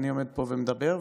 ואני עומד פה ומדבר,